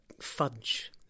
fudge